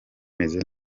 meze